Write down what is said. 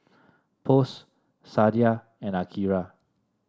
Post Sadia and Akira